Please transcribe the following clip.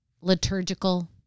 Liturgical